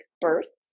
bursts